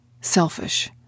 selfish